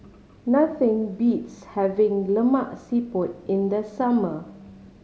nothing beats having Lemak Siput in the summer